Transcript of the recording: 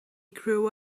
grew